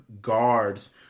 guards